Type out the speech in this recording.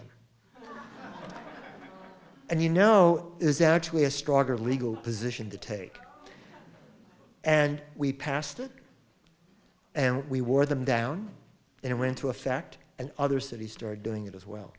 and you know is actually a stronger legal position to take and we passed it and we wore them down and ran to a fact and other cities started doing it as well